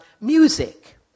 Music